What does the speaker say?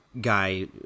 guy